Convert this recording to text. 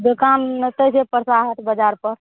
दोकान एतै छै परसा हाट बजारपर